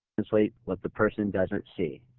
translate what the person doesn't see.